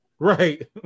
Right